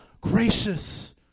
gracious